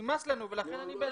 נמאס לנו ולכן אני אתך לגמרי.